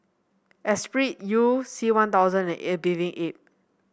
Esprit You C One Thousand and A Bathing Ape